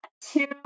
two